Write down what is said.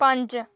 पंज